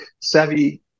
savvy